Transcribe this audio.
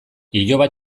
iloba